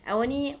I only